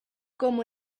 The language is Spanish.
como